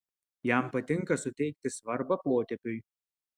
jam patinka suteikti svarbą potėpiui